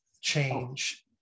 change